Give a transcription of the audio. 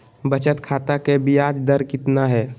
बचत खाता के बियाज दर कितना है?